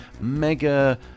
mega